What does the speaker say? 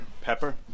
pepper